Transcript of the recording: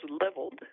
leveled